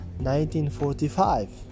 1945